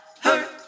hurt